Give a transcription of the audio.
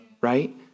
Right